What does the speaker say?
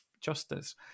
justice